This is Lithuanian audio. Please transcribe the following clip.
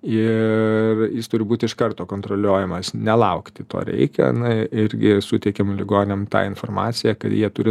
ir jis turi būt iš karto kontroliuojamas nelaukti to reikia na irgi suteikiam ligoniam tą informaciją kad jie turi